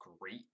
great